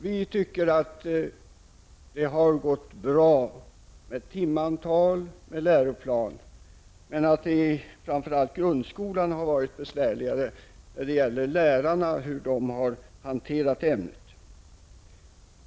Vi anser att det har gått bra med timantal och läroplan, men det har varit besvärligare i framför allt grundskolan med lärarnas hantering av ämnet.